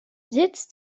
sitz